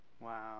Wow